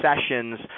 sessions